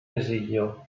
esilio